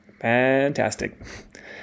fantastic